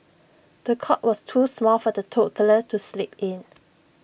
the cot was too small for the toddler to sleep in